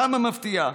כמה מפתיע,